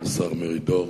השר מרידור,